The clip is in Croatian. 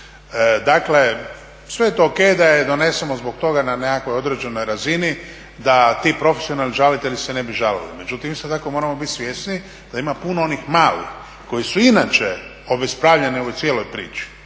Dakle, sve je to ok da je donesemo zbog toga na nekakvoj određenoj razini da ti profesionalni žalitelji se ne bi žalili. Međutim, isto tako moramo biti svjesni da ima puno onih malih koji su inače obespravljeni u cijeloj priči.